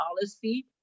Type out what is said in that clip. policy